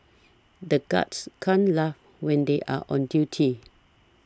the guards can't laugh when they are on duty